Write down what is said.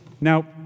Now